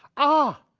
ah,